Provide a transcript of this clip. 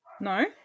No